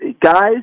guys